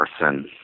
person